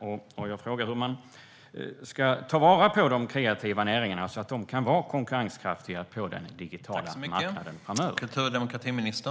Jag vill fråga hur man ska ta vara på de kreativa näringarna så att de kan vara konkurrenskraftiga på den digitala marknaden framöver.